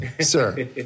sir